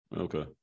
Okay